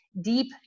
deep